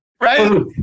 right